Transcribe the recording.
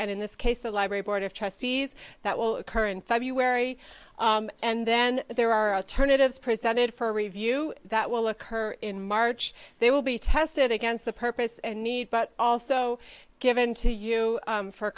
and in this case the library board of trustees that will occur in february and then there are a turn it is presented for review that will occur in march they will be tested against the purpose and need but also given to you